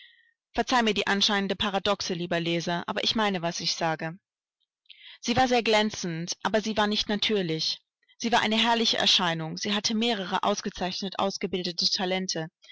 verzeih mir die anscheinende paradoxe lieber leser aber ich meine was ich sage sie war sehr glänzend aber sie war nicht natürlich sie war eine herrliche erscheinung sie hatte mehrere ausgezeichnet ausgebildete talente